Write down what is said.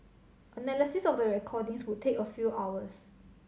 analysis of the recordings would take a few hours